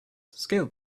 scaled